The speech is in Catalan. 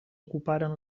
ocuparen